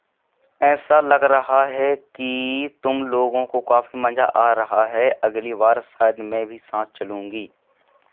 ऐसा लग रहा है कि तुम लोगों को काफी मज़ा आ रहा है अगली बार शायद मैं भी साथ चलूँगी